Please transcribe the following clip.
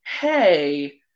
hey